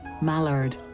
mallard